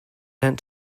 sent